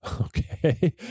Okay